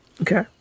okay